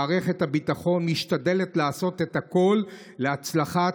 מערכת הביטחון משתדלת לעשות את הכול להצלחת